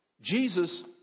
Jesus